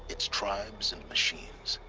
its tribes, and machines.